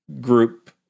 group